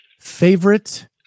Favorite